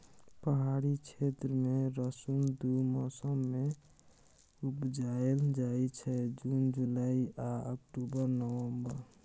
पहाड़ी क्षेत्र मे रसुन दु मौसम मे उपजाएल जाइ छै जुन जुलाई आ अक्टूबर नवंबर